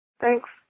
Thanks